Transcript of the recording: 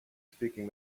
speaking